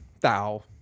thou